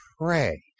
pray